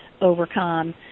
overcome